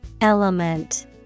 Element